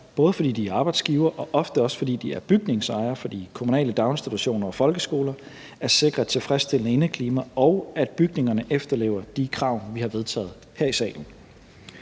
både fordi de er arbejdsgivere, og også ofte fordi de er bygningsejere af de kommunale daginstitutioner og folkeskoler, at sikre et tilfredsstillende indeklima, og at bygningerne efterlever de krav, vi har vedtaget her i salen.